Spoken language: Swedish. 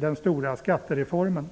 den stora skattereformen.